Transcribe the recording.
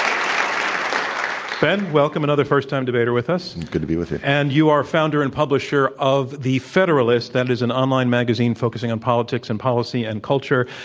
um ben, welcome. another first-time debater with us. good to be with you. and you are founder and publisher of the federalist that is an online magazine focusing on politics and policy and culture.